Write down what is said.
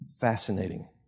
Fascinating